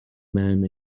man